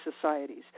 societies